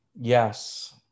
Yes